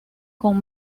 con